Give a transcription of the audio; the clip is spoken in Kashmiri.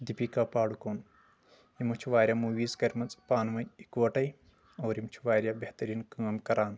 دِپکا پاڈوٗکون یِمو چھِ واریاہ موٗویٖز کرِمژٕ پانہٕ ؤنۍ اکوٹے اور یِم چھِ واریاہ بہتریٖن کٲم کران